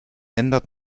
ändert